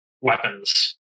weapons